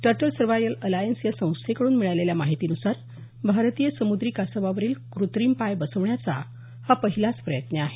turtle survival alliance या संस्थेकडून मिळालेल्या माहितीनुसार भारतीय समुद्री कासवावरील कृत्रिम पाय बसवण्याचा हा पहिलाच प्रयत्न आहे